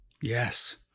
Yes